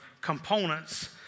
components